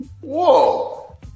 Whoa